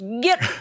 Get